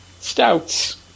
stouts